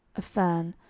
a fan,